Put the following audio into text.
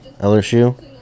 LSU